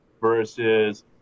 versus